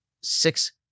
six